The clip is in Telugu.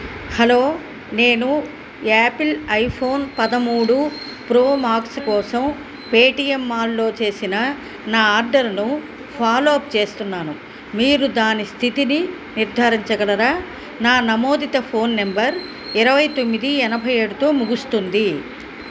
హలో నేను యాపిల్ ఐఫోన్ పదమూడు ప్రో మాక్స్ కోసం పేటీఎం మాల్లో చేసిన నా ఆర్డర్ను ఫాలోఅప్ చేస్తున్నాను మీరు దాని స్థితిని నిర్ధారించగలరా నా నమోదిత ఫోన్ నెంబర్ ఇరవై తొమ్మిది ఎనభై ఏడుతో ముగుస్తుంది